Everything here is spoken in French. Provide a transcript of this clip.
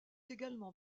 également